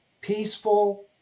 peaceful